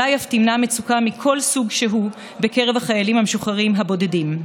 ואולי אף תמנע מצוקה מכל סוג שהוא בקרב החיילים המשוחררים הבודדים.